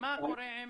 ומה קורה עם